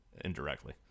indirectly